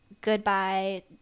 goodbye